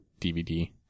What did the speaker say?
DVD